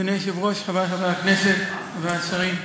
אדוני היושב-ראש, חברי חברי הכנסת, חברי השרים,